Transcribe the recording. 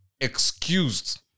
excused